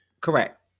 Correct